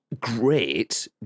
great